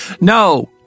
No